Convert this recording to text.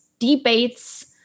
Debates